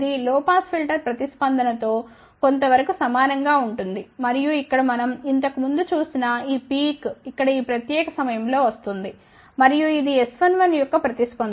ఇది low pass filter ప్రతిస్పందన తో కొంత వరకు సమానం గా ఉంటుంది మరియు ఇక్కడ మనం ఇంతకు ముందు చూసిన ఈ పీక్ ఇక్కడ ఈ ప్రత్యేక సమయంలో వస్తోంది మరియు ఇది S11 యొక్క ప్రతిస్పందన